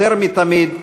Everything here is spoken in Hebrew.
יותר מתמיד,